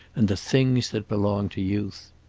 and the things that belong to youth.